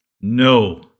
No